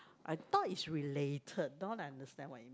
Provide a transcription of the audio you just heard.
I thought is related don't understand what it mean